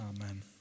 Amen